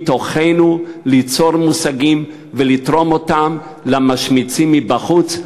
מתוכנו ליצור מושגים ולתרום אותם למשמיצים מבחוץ?